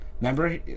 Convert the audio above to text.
remember